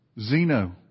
Zeno